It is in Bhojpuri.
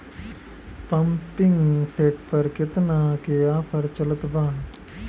पंपिंग सेट पर केतना के ऑफर चलत बा?